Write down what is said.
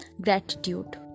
gratitude